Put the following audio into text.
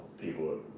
people